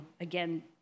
again